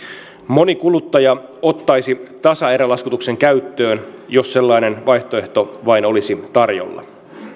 moni kuluttaja ottaisi tasaerälaskutuksen käyttöön jos sellainen vaihtoehto vain olisi tarjolla